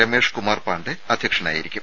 രമേഷ് കുമാർ പാണ്ഡെ അധ്യക്ഷനായിരിക്കും